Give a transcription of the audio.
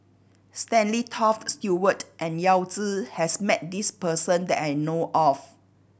Stanley Toft Stewart and Yao Zi has met this person that I know of